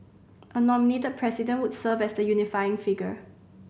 a nominated President would serve as the unifying figure